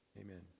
Amen